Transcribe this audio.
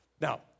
Now